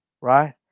right